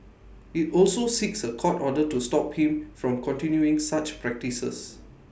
IT also seeks A court order to stop him from continuing such practices